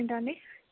ఏంటండి